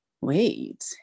wait